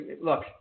Look